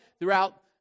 throughout